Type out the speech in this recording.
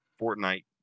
Fortnite